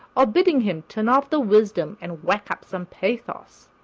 or bidding him turn off the wisdom and whack up some pathos.